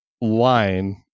line